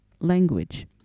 language